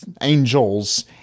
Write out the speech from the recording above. angels